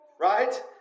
right